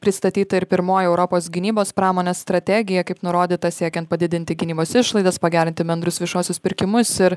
pristatyta ir pirmoji europos gynybos pramonės strategija kaip nurodyta siekiant padidinti gynybos išlaidas pagerinti bendrus viešuosius pirkimus ir